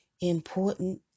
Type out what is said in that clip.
important